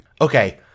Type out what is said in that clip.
Okay